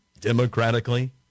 democratically